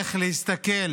איך להסתכל